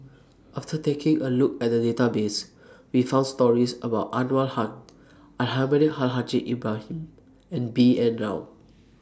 after taking A Look At The Database We found stories about Anwarul Haque Almahdi Al Haj Ibrahim and B N Rao